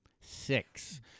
Six